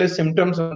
symptoms